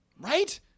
Right